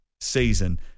Season